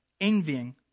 envying